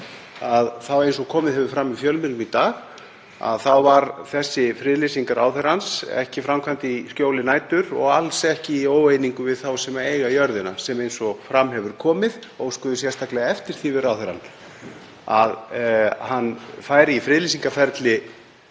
haga þá, eins og komið hefur fram í fjölmiðlum í dag, var þessi friðlýsing ráðherrans ekki framkvæmd í skjóli nætur og alls ekki í óeiningu við þá sem eiga jörðina sem, eins og fram hefur komið, óskuðu sérstaklega eftir því við ráðherrann að hann færi í friðlýsingarferli